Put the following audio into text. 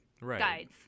guides